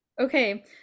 Okay